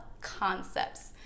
Concepts